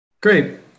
Great